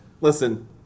Listen